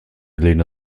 lena